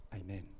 Amen